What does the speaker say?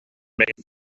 made